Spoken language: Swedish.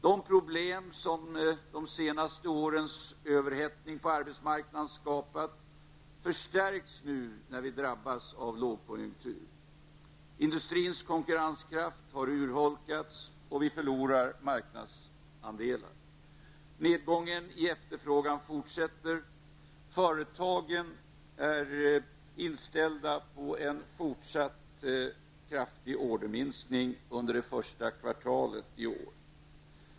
De problem som de senaste årens överhettning på arbetsmarknaden har skapat förstärks nu när Sverige drabbas av en lågkonjunktur. Industrins konkurrenskraft har urholkats, och Sverige förlorar marknadsandelar. Nedgången i efterfrågan fortsätter. Företagen är inställda på en fortsatt kraftig orderminskning under det första kvartalet i år.